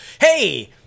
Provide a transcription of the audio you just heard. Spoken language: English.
Hey